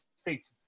States